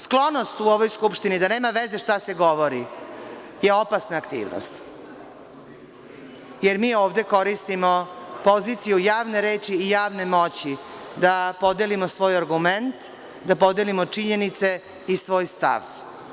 Sklonost u ovoj Skupštini da nema veze šta se govori je opasna aktivnost jer mi ovde koristimo poziciju javne reči i javne moći da podelimo svoj argument, da podelimo činjenice i svoj stav.